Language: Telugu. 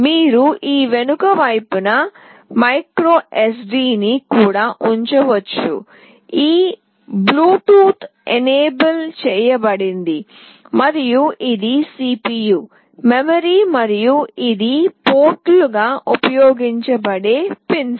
మీరు ఈ వెనుక వైపున మైక్రో SD ని కూడా ఉంచవచ్చు ఇది బ్లూటూత్ ఎనేబుల్ చెయ్యబడింది మరియు ఇది CPU మెమరీ మరియు ఇవి పోర్టులుగా ఉపయోగించబడే పిన్స్